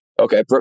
Okay